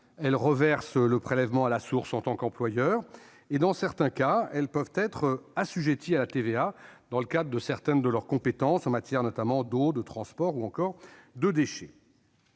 et reversent le prélèvement à la source en tant qu'employeur. Dans certains cas, elles peuvent être assujetties à la TVA dans le cadre de certaines de leurs compétences- fourniture d'eau, transport de personnes, déchets,